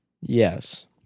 Yes